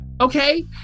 Okay